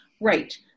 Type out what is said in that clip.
right